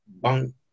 bunk